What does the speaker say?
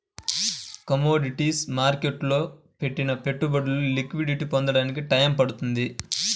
commodities మార్కెట్టులో పెట్టిన పెట్టుబడులు లిక్విడిటీని పొందడానికి టైయ్యం పడుతుంది